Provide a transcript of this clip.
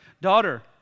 daughter